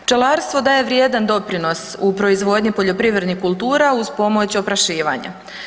Pčelarstvo daje vrijedan doprinos u proizvodnji poljoprivrednih kultura uz pomoć oprašivanja.